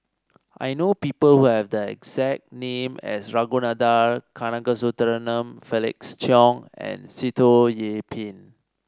I know people who have the exact name as Ragunathar Kanagasuntheram Felix Cheong and Sitoh Yih Pin